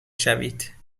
شوید